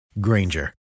Granger